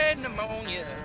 pneumonia